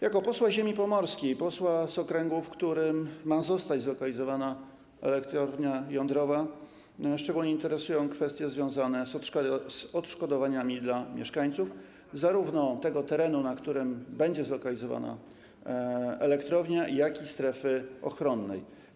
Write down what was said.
Jako posła ziemi pomorskiej, posła z okręgu, w którym ma zostać zlokalizowana elektrownia jądrowa, szczególnie interesują mnie kwestie związane z odszkodowaniami dla mieszkańców zarówno terenu, na którym będzie zlokalizowana elektrownia, jak i strefy ochronnej.